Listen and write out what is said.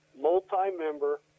multi-member